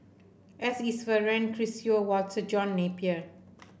S Iswaran Chris Yeo Walter John Napier